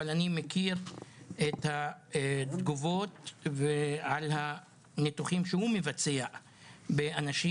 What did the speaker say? אבל אני מכיר את התגובות על הניתוחים שהוא מבצע באנשים